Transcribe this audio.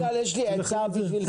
המנכ"ל יש לי עצה בשבילך.